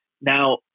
Now